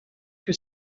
que